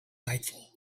nightfall